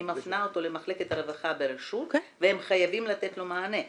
אני מפנה אותו למחלקת הרווחה ברשות והם חייבים לתת לו מענה?